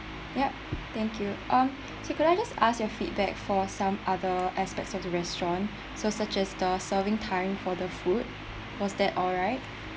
ya thank you um so could I just ask your feedback for some other aspects of the restaurant so such as the serving time for the food was that alright